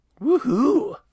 Woohoo